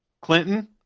Clinton